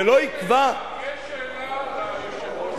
ולא יקבע ------ יש שאלה ליושב-ראש.